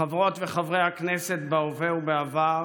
חברות וחברי הכנסת בהווה ובעבר